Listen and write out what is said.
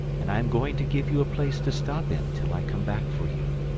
and i am going to give you a place to stop in till i come back for you.